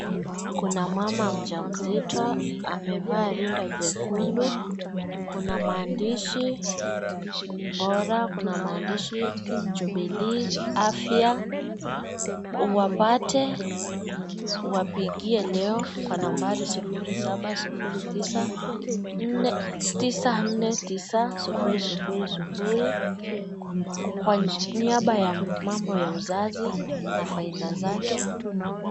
Kuna mama mjamzito amevaa rinda jekundu, kuna maadishi bora, kuna maandishi jubilee afya wapate wapigie leo kwa nambari sufuri, saba, sufuri, tisa, tisa, nne, tisa, sufuri, sufuri, sufuri kwa niaba ya mambo ya uzazi na faida zake.